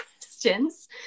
questions